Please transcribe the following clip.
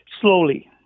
Slowly